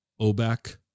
OBAC